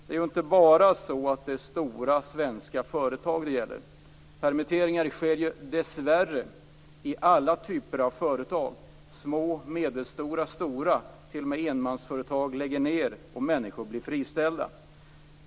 Det är ju inte bara stora svenska företag som det gäller. Permitteringar sker dessvärre i alla typer av företag. Små, medelstora och stora företag, ja, t.o.m. enmansföretag lägger ju ned och människor blir friställda.